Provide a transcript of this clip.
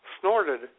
snorted